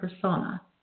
persona